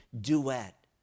duet